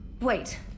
Wait